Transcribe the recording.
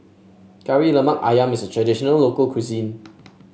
Kari Lemak ayam is a traditional local cuisine